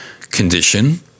condition